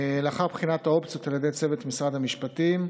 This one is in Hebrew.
לאחר בחינת האופציות על ידי צוות משרד המשפטים,